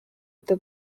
the